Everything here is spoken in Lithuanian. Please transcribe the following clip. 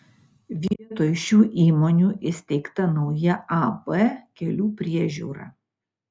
vietoj šių įmonių įsteigta nauja ab kelių priežiūra